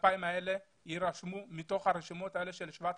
שה-2,000 האלה יירשמו מתוך הרשימות של 7,500,